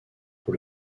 pour